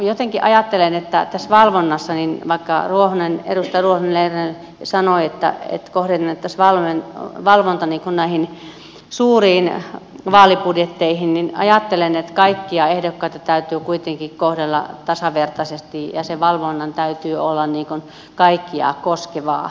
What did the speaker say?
jotenkin ajattelen että tässä valvonnassa vaikka edustaja ruohonen lerner sanoi että kohdennettaisiin valvonta näihin suuriin vaalibudjetteihin kaikkia ehdokkaita täytyy kuitenkin kohdella tasavertaisesti ja sen valvonnan täytyy olla kaikkia koskevaa